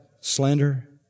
slander